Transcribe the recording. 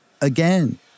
Again